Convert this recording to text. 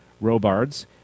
Robards